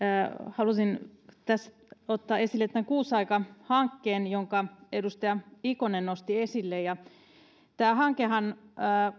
halusin tässä ottaa esille tämän kuusi aika hankkeen jonka edustaja ikonen nosti esille tämä hankehan